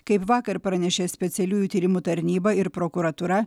kaip vakar pranešė specialiųjų tyrimų tarnyba ir prokuratūra